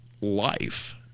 life